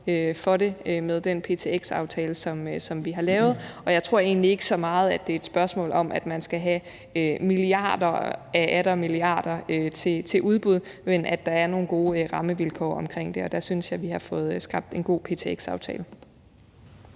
for det med den ptx-aftale, som vi har lavet. Og jeg tror egentlig ikke så meget, det er et spørgsmål om, at man skal have milliarder og atter milliarder til udbud, men at der er nogle gode rammevilkår omkring det, og det synes jeg vi har fået skabt med en god ptx-aftale.